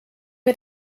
wir